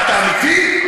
אתה אמיתי?